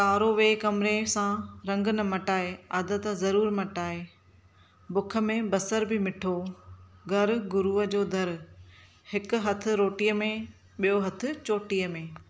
कारो वे कमरे सां रंगु न मटाए आदत ज़रूरु मटाए बुख में बसरु बि मिठो घरु गुरूअ जो दरु हिकु हथु रोटीअ में ॿियो हथु चोटीअ में